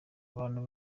abantu